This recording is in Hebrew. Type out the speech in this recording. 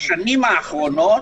בשנים האחרונות,